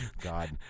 God